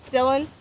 Dylan